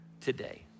Today